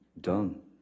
done